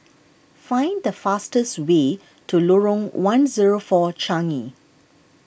find the fastest way to Lorong one zero four Changi